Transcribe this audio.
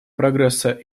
прогресса